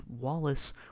Wallace